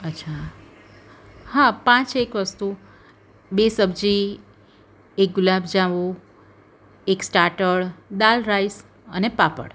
અચ્છા હા પાંચ એક વસ્તુ બે સબ્જી એક ગુલાબજાંબુ એક સ્ટાર્ટર દાળ રાઈસ અને પાપડ